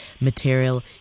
material